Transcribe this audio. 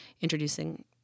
introducing